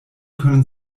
können